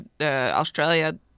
Australia